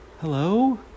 hello